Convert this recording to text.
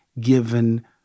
given